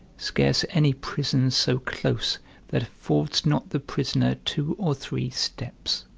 scarce any prison so close that affords not the prisoner two or three steps.